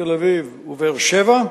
כתל-אביב ובאר-שבע.